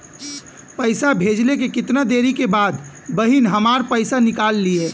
पैसा भेजले के कितना देरी के बाद बहिन हमार पैसा निकाल लिहे?